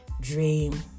dream